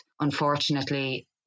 unfortunately